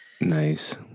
Nice